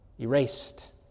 erased